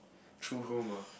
true home ah